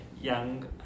young